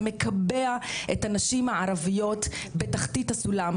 מקבע את הנשים הערביות בתחתית הסולם.